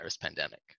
pandemic